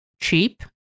cheap